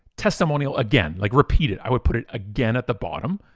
testimonial again, like repeat it. i would put it again at the bottom.